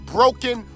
Broken